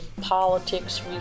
politics